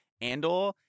Andor